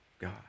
God